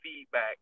feedback